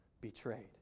betrayed